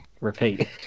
repeat